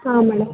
ಹಾಂ ಮೇಡಮ್